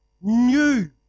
new